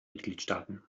mitgliedstaaten